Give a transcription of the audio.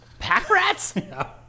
Packrats